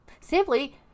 Simply